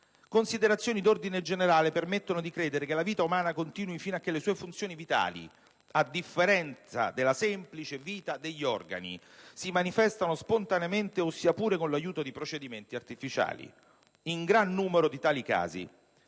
Considerazioni d'ordine generale permettono di credere che la vita umana continui fino a che le sue funzioni vitali - a differenza della semplice vita degli organi - si manifestano spontaneamente o sia pure con l'aiuto di procedimenti artificiali. In gran numero di tali casi,